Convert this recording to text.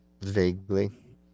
vaguely